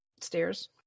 stairs